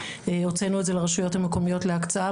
הוצאנו את זה לרשויות המקומיות להקצאה.